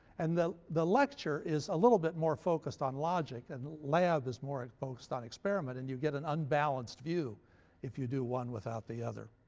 and the the lecture is a little bit more focused on logic and the lab is more focused on experiment, and you get an unbalanced view if you do one without the other.